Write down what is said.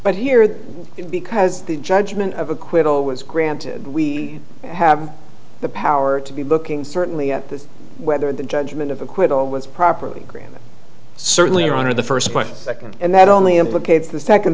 but here because the judgment of acquittal was granted we have the power to be booking certainly at this whether the judgment of acquittal was properly granted certainly your honor the first question and that only implicates the second